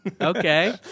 Okay